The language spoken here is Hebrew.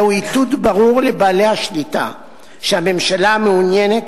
זהו איתות ברור לבעלי השליטה שהממשלה מעוניינת